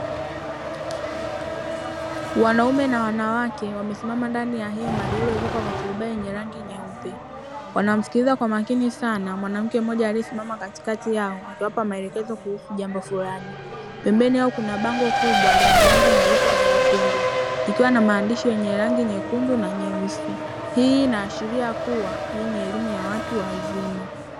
Wanaume na wanawake wamesimama ndani ya hema lililo ezekwa kwa turubai yenye rangi nyeupe, wanamsikiliza kwa makini sana mwanamke aliye simama katikati yao akiwapa maelekezo kuhusu jambo fulani, pembeni yao kuna bango kubwa lenye rangi nyeupe na nyekundu likiwa na maandishi yenye rangi nyekundu na nyeusi. Hii inaashiria kua hii ni elimu ya watu wazima.